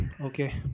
okay